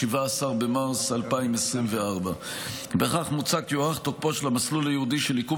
17 במרץ 2024. בכך מוצע כי יוארך תוקפו של המסלול הייעודי של עיכוב